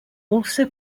also